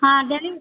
ஆ delivery